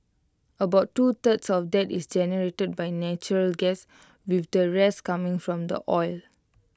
about two thirds of that is generated by natural gas with the rest coming from the oil